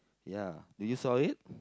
ya did you saw it